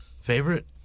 Favorite